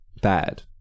bad